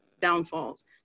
downfalls